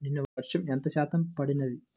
నిన్న వర్షము ఎంత శాతము పడినది?